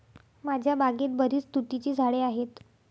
माझ्या बागेत बरीच तुतीची झाडे आहेत